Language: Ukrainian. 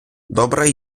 добре